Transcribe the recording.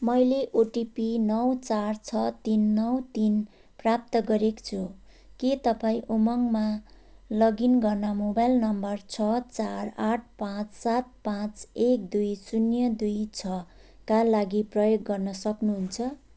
मैले ओटिपी नौ चार छ तिन नौ तिन प्राप्त गरेको छु के तपाईँँ उमङ्गमा लगइन गर्न मोबाइल नम्बर छ चार आठ पाँच सात पाँच एक दुई शून्य दुई छका लागि प्रयोग गर्न सक्नुहुन्छ